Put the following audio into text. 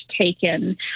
taken